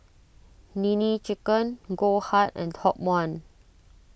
Nene Chicken Goldheart and Top one